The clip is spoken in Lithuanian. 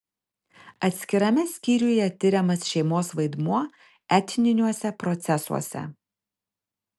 atskirame skyriuje tiriamas šeimos vaidmuo etniniuose procesuose